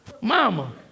Mama